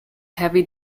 heavy